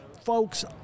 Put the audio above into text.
Folks